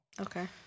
Okay